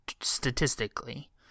statistically